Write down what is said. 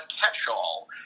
catch-all